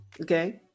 Okay